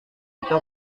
itu